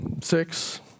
six